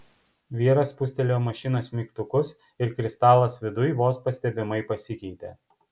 vyras spustelėjo mašinos mygtukus ir kristalas viduj vos pastebimai pasikeitė